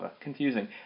Confusing